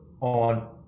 on